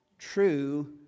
true